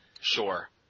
Sure